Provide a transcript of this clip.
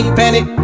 panic